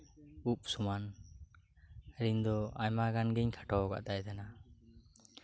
ᱩᱵ ᱥᱚᱢᱟᱱ ᱟᱨ ᱤᱧ ᱫᱚ ᱟᱭᱢᱟ ᱜᱟᱱ ᱜᱤᱧ ᱠᱷᱟᱴᱚ ᱟᱠᱟᱫ ᱛᱟᱸᱦᱮᱱᱟ